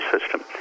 system